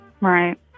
right